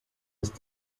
ist